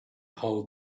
hold